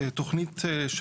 התוכניות,